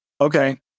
Okay